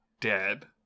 dead